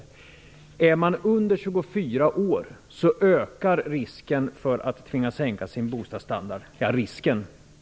Bland personer under 24 år har var tionde tvingats sänka sin bostadsstandard.